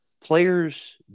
players